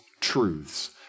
truths